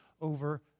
over